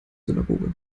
synagoge